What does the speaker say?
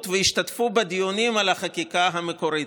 והשתתפו בדיונים על החקיקה המקורית,